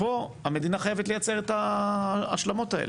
המדינה חייבת לייצר פה את ההשלמות האלה.